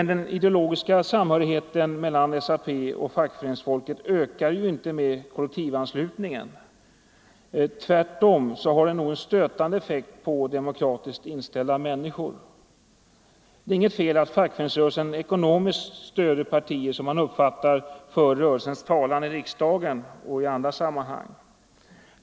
Den ideologiska samhörigheten mellan SAP och fackföreningsfolket ökar ju inte med kollektivanslutningen. Tvärtom har den en stötande effekt på demokratiskt inställda människor. Det är inget fel att fackföreningsrörelsen ekonomiskt stöder partier som för rörelsens talan i riksdagen och i andra sammanhang.